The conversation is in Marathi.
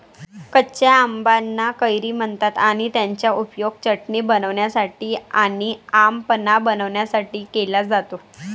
कच्या आंबाना कैरी म्हणतात आणि त्याचा उपयोग चटणी बनवण्यासाठी आणी आम पन्हा बनवण्यासाठी केला जातो